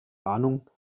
ahnung